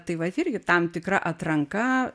tai vat irgi tam tikra atranka